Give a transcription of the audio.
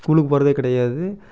ஸ்கூலுக்கு போவதே கிடயாது